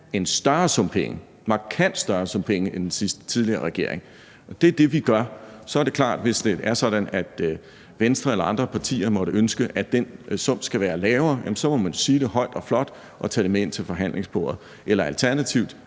en større, markant større, sum penge end den tidligere regering. Og det er det, vi gør. Så er det klart, at hvis det er sådan, at Venstre eller andre partier måtte ønske, at den sum skal være lavere, så må man sige det højt og flot og tage det med ind til forhandlingsbordet – eller alternativt